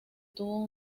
tuvo